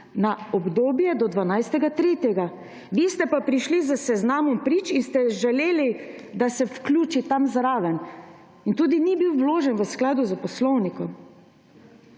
na obdobje do 12. 3., vi ste pa prišli s seznamom prič in ste želeli, da se vključi tam zraven. In tudi ni bil vložen v skladu s poslovnikom.